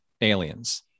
aliens